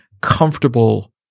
comfortable